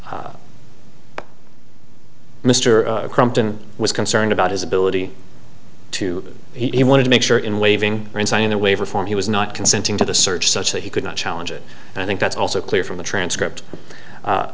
talk mr crumpton was concerned about his ability to he wanted to make sure in waiving in signing a waiver form he was not consenting to the search such that he could not challenge it and i think that's also clear from the transcript